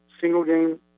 single-game